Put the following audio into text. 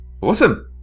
Awesome